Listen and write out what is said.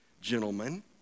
gentlemen